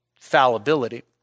fallibility